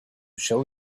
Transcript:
show